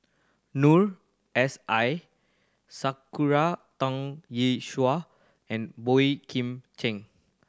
Noor S I Sakura Teng Ying Shua and Boey Kim Cheng